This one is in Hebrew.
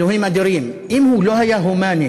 אלוהים אדירים, אם הוא לא היה הומני,